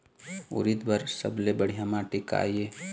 उरीद बर सबले बढ़िया माटी का ये?